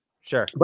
Sure